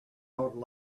old